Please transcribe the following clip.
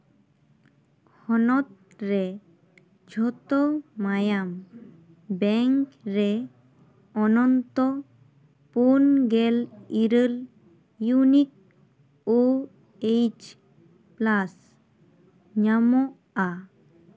ᱦᱚᱱᱚᱛᱨᱮ ᱡᱷᱚᱛᱚ ᱢᱟᱭᱟᱢ ᱵᱮᱝᱠ ᱨᱮ ᱚᱱᱚᱱᱛᱚ ᱯᱩᱱ ᱜᱮᱞ ᱤᱨᱟᱹᱞ ᱤᱭᱩᱱᱤᱠ ᱳ ᱮᱭᱤᱪ ᱯᱞᱟᱥ ᱧᱟᱢᱚᱜᱼᱟ